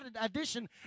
addition